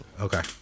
Okay